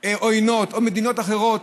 עוינות או מדינות אחרות,